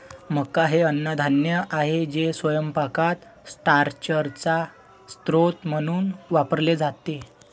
मका हे अन्नधान्य आहे जे स्वयंपाकात स्टार्चचा स्रोत म्हणून वापरले जाते